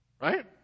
right